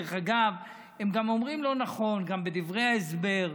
דרך אגב, הם גם אומרים לא נכון, וגם בדברי ההסבר.